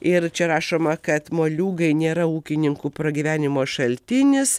ir čia rašoma kad moliūgai nėra ūkininkų pragyvenimo šaltinis